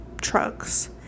trucks